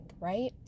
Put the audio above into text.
right